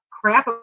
crap